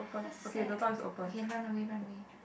that's sad okay run away run away